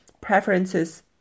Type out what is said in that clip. preferences